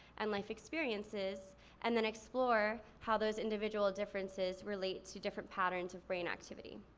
and life experiences and then explore how those individual differences relate to different patterns of brain activity.